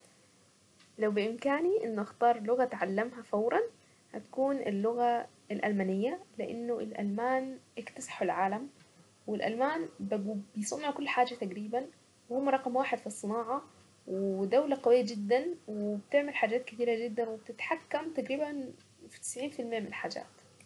لو بإمكاني اني اختار لغة اتعلمها فورا هتكون اللغة الالمانية. لانه الالمان اكتسحوا العالم، والالمان بقو بيصنعو كل حاجة تقريبا وهم رقم واحد في الصناعة، ودولة قوية جدا وبتعمل حاجات كتيرة جدا وبتتحكم تقريبا في تسعين في المية من الحاجات.